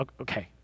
Okay